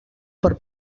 per